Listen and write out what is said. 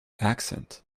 accent